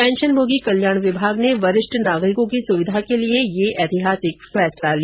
पेंशनभोगी कल्याण विभाग ने वरिष्ठ नागरिकों की सुविधा के लिए यह ऐतिहासिक फैसला किया